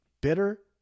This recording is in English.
bitter